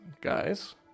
guys